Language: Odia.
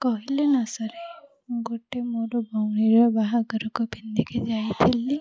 କହିଲେ ନ ସରେ ଗୋଟେ ମୋର ଭଉଣୀର ବାହାଘରକୁ ପିନ୍ଧିକି ଯାଇଥିଲି